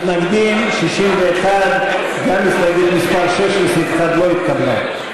מתנגדים 61. גם הסתייגות מס' 6 לסעיף 1 לא התקבלה.